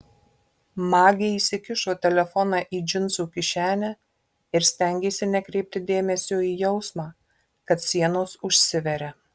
magė įsikišo telefoną į džinsų kišenę ir stengėsi nekreipti dėmesio į jausmą kad sienos užsiveria